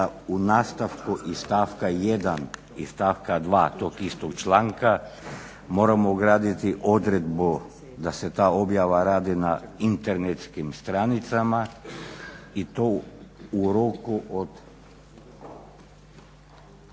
u nastavku iz stavka 1.i stavka 2.tog istog članka moramo ugraditi odredbu da se ta objava radi na internetskim stranicama i to u roku od